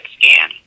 scan